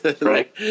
Right